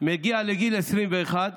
מגיע לגיל 21,